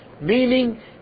Meaning